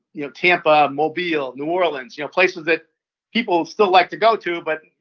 you know tampa, mobile, new orleans, you know places that people still like to go to but,